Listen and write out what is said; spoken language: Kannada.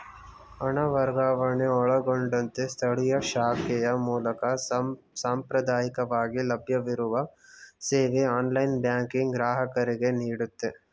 ಹಣ ವರ್ಗಾವಣೆ ಒಳಗೊಂಡಂತೆ ಸ್ಥಳೀಯ ಶಾಖೆಯ ಮೂಲಕ ಸಾಂಪ್ರದಾಯಕವಾಗಿ ಲಭ್ಯವಿರುವ ಸೇವೆ ಆನ್ಲೈನ್ ಬ್ಯಾಂಕಿಂಗ್ ಗ್ರಾಹಕರಿಗೆನೀಡುತ್ತೆ